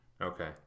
Okay